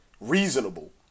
reasonable